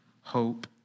hope